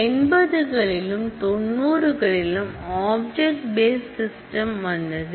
எண்பதுகளிலும் தொண்ணூறுகளிலும் object based system வந்தது